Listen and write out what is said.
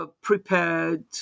Prepared